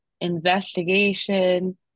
investigation